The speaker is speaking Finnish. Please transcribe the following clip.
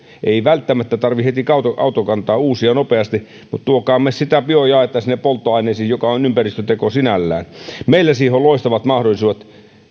ei välttämättä tarvitse heti autokantaa uusia nopeasti mutta tuokaamme sitä biojaetta sinne polttoaineisiin joka on ympäristöteko sinällään meillä on siihen loistavat mahdollisuudet